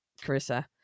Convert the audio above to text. carissa